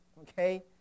okay